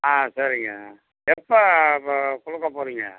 ஆ சரிங்க எப்போ ப கொடுக்கப் போகிறீங்க